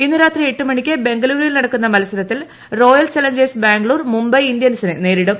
ഇന്ന് രാത്രി എട്ട് മണിക്ക് ബംഗളൂരുവിൽ നടക്കുന്ന മത്സരത്തിൽ റോയൽ ചലഞ്ചേഴ്സ് ബാംഗ്ലൂർ മുംബൈ ഇന്ത്യൻസിനെ നേരിടും